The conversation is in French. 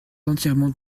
entièrement